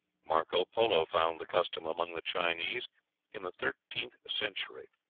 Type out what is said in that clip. marco polo found the custom among the chinese in the thirteenth century.